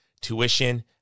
tuition